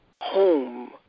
home